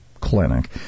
clinic